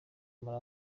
muri